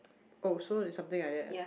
oh so is something like that ah